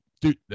Dude